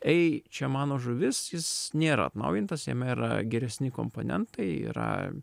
ei čia mano žuvis jis nėra atnaujintas jame yra geresni komponentai yra